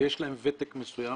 ויש להם ותק מסוים,